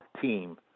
team